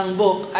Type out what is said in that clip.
book